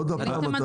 עוד פעם?